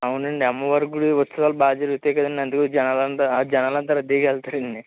అవునండి అమ్మవారి గుడి ఉత్సావాలు బాగా జరుగుతాయి కదండీ అందుకు జనాలంతా ఆ జనాలంతా రద్దీగా వెళ్తారండి